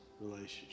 relationship